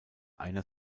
einer